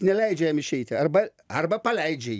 neleidžia jam išeiti arba arba paleidžia jį